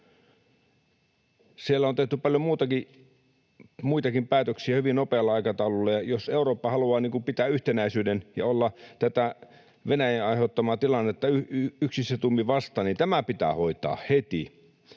Siellä on tehty paljon muitakin päätöksiä hyvin nopealla aikataululla, ja jos Eurooppa haluaa pitää yhtenäisyyden ja olla tätä Venäjän aiheuttamaa tilannetta yksissä tuumin vastaan, niin tämä pitää hoitaa heti